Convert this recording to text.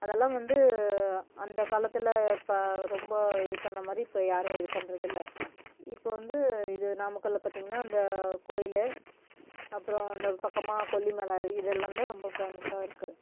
அதெல்லாம் வந்து அந்த காலத்தில் அப்போ ரொம்ப இது பண்ணமாதிரி இப்போ யாரும் இது பண்ணுறது இல்லை இப்போ வந்து இது நாமக்கலில் பார்த்தீங்கனா அந்த கோவிலு அப்புறம் அந்தப்பக்கமாக கொல்லிமலை அருவி இதெல்லாம் தான் ரொம்ப ஃபேமஸ்ஸாக இருக்குது